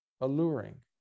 Alluring